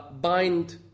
bind